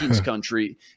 country